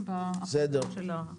בסדר.